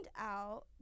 out